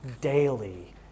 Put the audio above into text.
daily